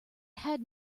had